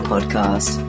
podcast